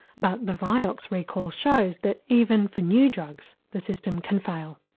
but the vioxx recall shows that even for new drugs the system can fail.